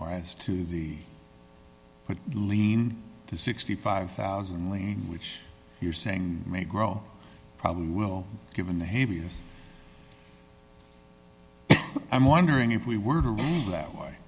or as to the lean to sixty five thousand lane which you're saying may grow probably will given the habeas i'm wondering if we were that way